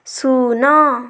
ଶୂନ